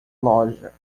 loja